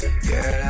Girl